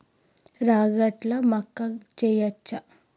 రాగట్ల మక్కా వెయ్యచ్చా?